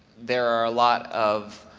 there are a lot of